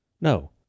No